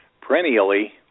perennially